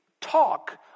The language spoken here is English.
Talk